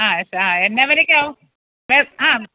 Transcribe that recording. ആ ആ എന്നാ വിലയ്ക്കാകും ആ